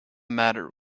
matter